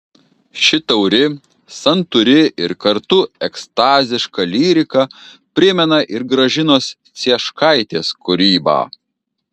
ši tauri santūri ir kartu ekstaziška lyrika primena ir gražinos cieškaitės kūrybą